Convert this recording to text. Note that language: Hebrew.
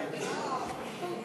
אני פה,